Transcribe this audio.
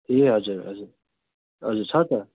ए हजुर हजुर हजुर छ त